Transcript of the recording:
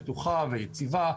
בטוחה ויציבה.